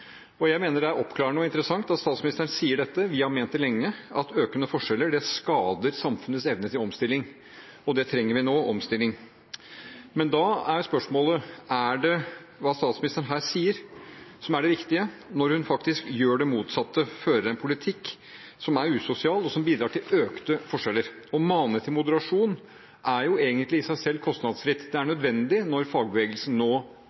Jeg mener det er oppklarende og interessant at statsministeren sier dette – vi har ment det lenge – at økende forskjeller skader samfunnets evne til omstilling, og det vi trenger nå, er omstilling. Men da er spørsmålet: Er det hva statsministeren her sier som er det viktige, når hun faktisk gjør det motsatte, fører en politikk som er usosial, og som bidrar til økte forskjeller? Å mane til moderasjon er egentlig i seg selv kostnadsfritt. Det er nødvendig når fagbevegelsen nå